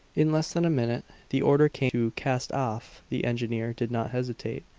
in less than a minute the order came to cast off. the engineer did not hesitate,